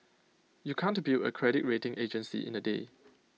you can't build A credit rating agency in A day